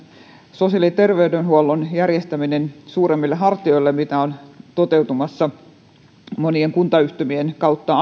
sosiaali ja terveydenhuollon järjestäminen suuremmille hartioille mikä on toteutumassa ainakin monien kuntayhtymien kautta